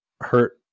hurt